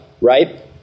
right